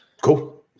cool